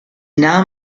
nahm